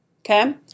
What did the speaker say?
okay